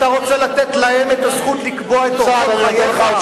אתה רוצה לתת להם את הזכות לקבוע את אורחות חייך?